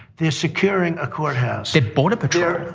they're securing a courthouse. the border patrol.